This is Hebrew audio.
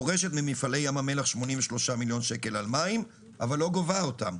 דורשת ממפעלי ים המלח 83 מיליון שקל על מים אבל לא גובה אותם.